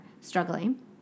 struggling